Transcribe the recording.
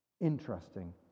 Interesting